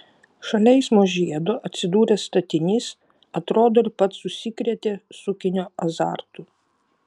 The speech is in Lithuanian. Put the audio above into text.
šalia eismo žiedo atsidūręs statinys atrodo ir pats užsikrėtė sukinio azartu